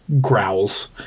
growls